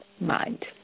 mind